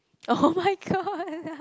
oh-my-god